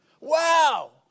wow